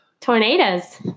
Tornadoes